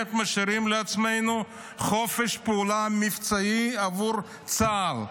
באמת משאירים לעצמנו חופש פעולה מבצעי עבור צה"ל.